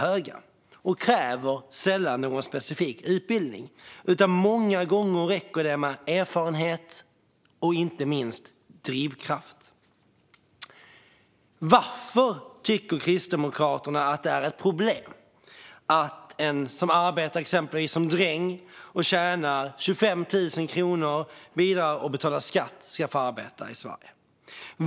Dessa arbeten kräver sällan någon specifik utbildning. Många gånger räcker det med erfarenhet och inte minst drivkraft. Varför tycker Kristdemokraterna att det är ett problem att en person som arbetar exempelvis som dräng, tjänar 25 000 kronor, bidrar och betalar skatt ska få fortsätta arbeta i Sverige?